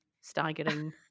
staggering